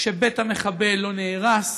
שבית המחבל לא נהרס,